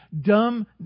dumb